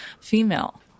female